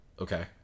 Okay